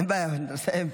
אין בעיה, לסיים.